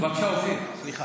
בבקשה, אופיר, סליחה.